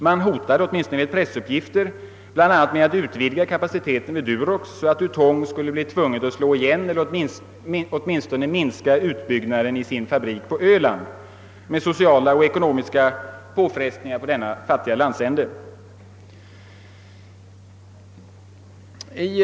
Man hotade enligt pressuppgifter bl.a. med att utvidga kapaciteten vid Durox så att Ytong skulle bli tvunget att slå igen eller åtminstone att minska utbyggnaden vid sin fabrik på Öland med sociala och ekonomiska påfrestningar för denna fattiga landsända som följd.